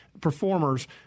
performers